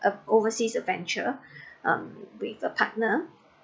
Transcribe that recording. uh overseas adventure um with the partner